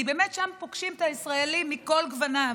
כי באמת שם פוגשים את הישראלי על כל גווניו,